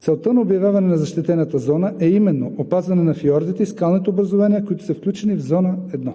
Целта на обявяване на защитената зона е именно опазване на фиордите, скалните образувания, които са включени в Зона 1.